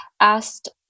asked